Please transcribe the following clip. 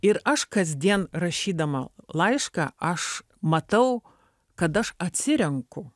ir aš kasdien rašydama laišką aš matau kad aš atsirenku